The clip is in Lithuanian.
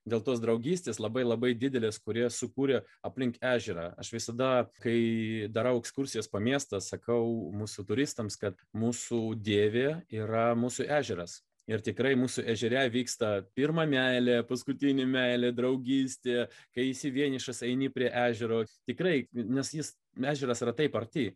dėl tos draugystės labai labai didelės kurie sukūrė aplink ežerą aš visada kai darau ekskursijas po miestą sakau mūsų turistams kad mūsų dievė yra mūsų ežeras ir tikrai mūsų ežere vyksta pirma meilė paskutinė meilė draugystė kai esi vienišas eini prie ežero tikrai nes jis ežeras yra taip arti